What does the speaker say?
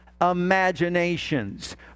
imaginations